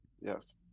Yes